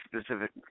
specific